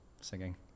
singing